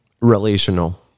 relational